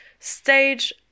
stage